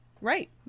Right